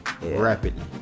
rapidly